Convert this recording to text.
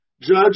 Judge